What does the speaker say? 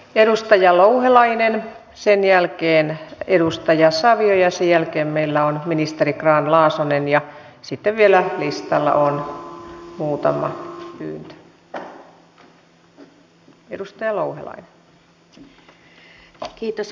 edustaja louhelainen sen jälkeen edustaja savio ja sen jälkeen meillä on ministeri grahn laasonen ja sitten listalla on vielä muutama pyyntö